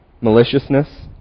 maliciousness